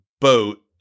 boat